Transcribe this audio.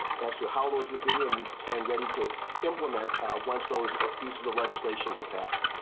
as to how those would be and we stand ready to implement once those pieces of legislation to pass.